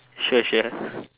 sure sure